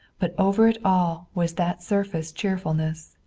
but over it all was that surface cheerfulness,